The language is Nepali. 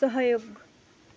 सहयोग